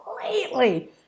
completely